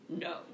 No